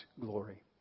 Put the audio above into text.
glory